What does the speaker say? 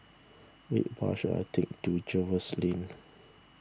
which bus should I take to Jervois Lane